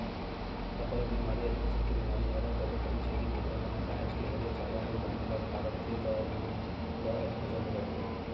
अफारा बेमारी अधपचन के बेमारी हरय कभू कभू छेरी बोकरा मन ह काहेच के हरियर चारा अउ दाना ल खा डरथे त ओमन ल अधपचन हो जाथे